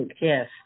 yes